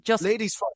ladies